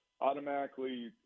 automatically